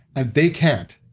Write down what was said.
and they can't.